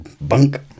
Bunk